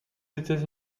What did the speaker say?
états